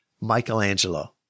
Michelangelo